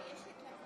יש כאן